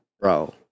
bro